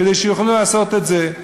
כדי שיוכלו לעשות את זה.